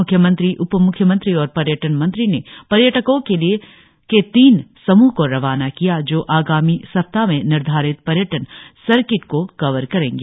मुख्यमंत्री उपमुख्यमंत्री और पर्यटन मंत्री ने पर्यटको के तीन समूह को रवाना किया जो आगामी सप्ताह में निर्धारित पर्यटन सर्किट को कवर करेंगे